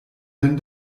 denn